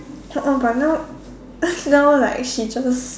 oh oh but now now like she just